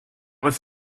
was